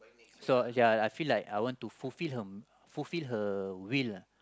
so ya I feel like I want to fulfill her fulfill her will lah